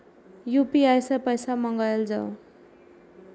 UPI सै पैसा मंगाउल जाय?